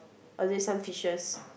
only some fishes